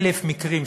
1,000 מקרים,